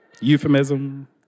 euphemism